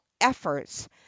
efforts